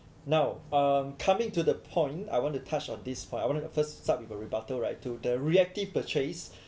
now um coming to the point I want to touch on this point I want to first start with a rebuttal right to the reactive purchase